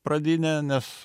pradinę nes